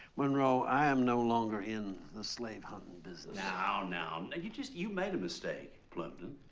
monroe, i am no longer in the slave hunting business. now, now, and you just you made a mistake, plimpton.